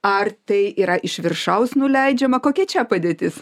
ar tai yra iš viršaus nuleidžiama kokia čia padėtis